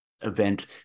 event